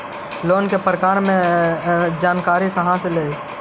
Loan के प्रकार के बारे मे जानकारी कहा से ले?